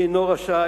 מי אינו רשאי